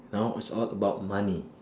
now is all about money